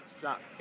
shots